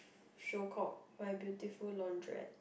show called My-Beautiful-Laundrette